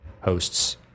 Hosts